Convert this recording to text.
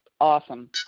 Awesome